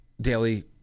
Daily